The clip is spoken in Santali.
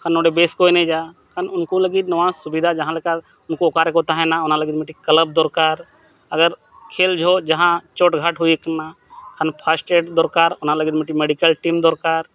ᱟᱨ ᱱᱚᱰᱮ ᱵᱮᱥ ᱠᱚ ᱮᱱᱮᱡᱟ ᱠᱷᱟᱱ ᱩᱱᱠᱩ ᱞᱟᱹᱜᱤᱫ ᱱᱚᱣᱟ ᱥᱩᱵᱤᱫᱷᱟ ᱡᱟᱦᱟᱸᱞᱮᱠᱟ ᱩᱱᱠᱩ ᱚᱠᱟᱨᱮᱠᱚ ᱛᱟᱦᱮᱱᱟ ᱚᱱᱟ ᱞᱟᱹᱜᱤᱫ ᱢᱤᱫᱴᱤᱡ ᱫᱚᱨᱠᱟᱨ ᱟᱜᱟᱨ ᱠᱷᱮᱹᱞ ᱡᱚᱦᱚᱜ ᱡᱟᱦᱟᱸ ᱪᱳᱴᱼᱜᱷᱟᱴ ᱦᱩᱭ ᱟᱠᱟᱱᱟ ᱠᱷᱟᱱ ᱫᱚᱨᱠᱟᱨ ᱚᱱᱟ ᱞᱟᱹᱜᱤᱫ ᱢᱤᱫᱴᱤᱡ ᱫᱚᱨᱠᱟᱨ